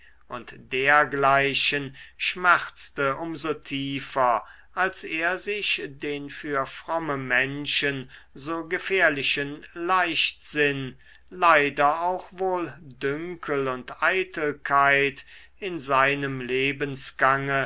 und dergleichen schmerzte um so tiefer als er sich den für fromme menschen so gefährlichen leichtsinn leider auch wohl dünkel und eitelkeit in seinem